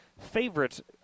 favorite